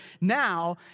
Now